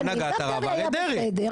בהנהגת הרב אריה דרעי,